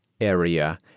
area